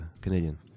Canadian